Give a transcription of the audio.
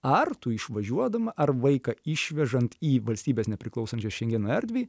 ar tu išvažiuodama ar vaiką išvežant į valstybes nepriklausančias šengeno erdvei